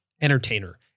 entertainer